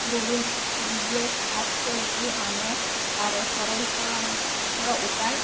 ଗୁଗୁଲରେ search କରିକି ଆମେ ତାର ସରଳୀକରଣର ଉପାୟ